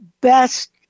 best